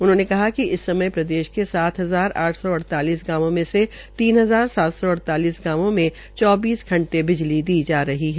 उन्होंने बताया कि इस समय प्रदेश के सात हजार आठ सौ अड़तालिस गांवों में से तीन हज़ार सात सौ अड़तालिस गांवों में चौबीस घंटे बिजली दी जा रही है